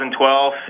2012